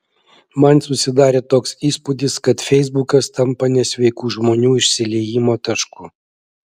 man susidarė toks įspūdis kad feisbukas tampa nesveikų žmonių išsiliejimo tašku